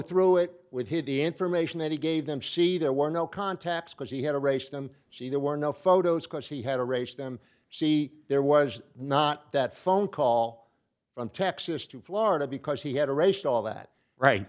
through it with him the information that he gave them see there were no contacts because he had a race them she there were no photos cause she had a race them she there was not that phone call from texas to florida because he had to ration all that right